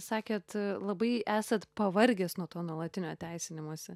sakėt labai esat pavargęs nuo to nuolatinio teisinimosi